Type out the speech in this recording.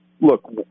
look